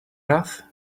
rough